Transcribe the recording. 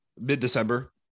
mid-December